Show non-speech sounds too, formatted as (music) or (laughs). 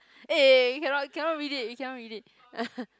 eh you cannot cannot read it you cannot read it (laughs)